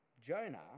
Jonah